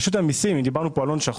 רשות המיסים, אם דיברנו על הון שחור,